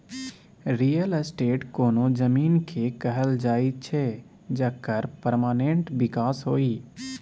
real estate कोनो जमीन केँ कहल जाइ छै जकर परमानेंट बिकास होइ